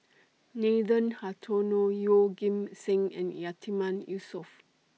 Nathan Hartono Yeoh Ghim Seng and Yatiman Yusof